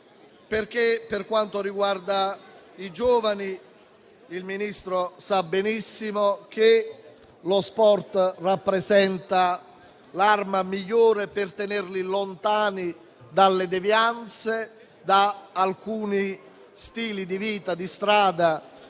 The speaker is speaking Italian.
Per quanto riguarda i giovani, infatti, il Ministro sa benissimo che lo sport rappresenta l'arma migliore per tenerli lontani dalle devianze e da alcuni stili di vita di strada